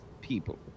people